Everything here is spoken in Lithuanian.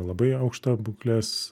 labai aukšta būklės